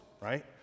right